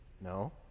No